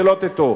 שלא תטעו,